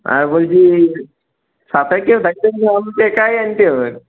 আর বলছি সাথে কেউ থাকবে না একাই আনতে হবে